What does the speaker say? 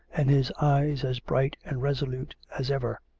and his eyes as bright and resolute as ever.